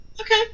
Okay